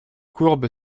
courbe